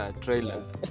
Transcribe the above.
trailers